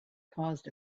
caused